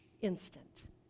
instant